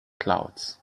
clouds